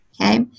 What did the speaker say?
okay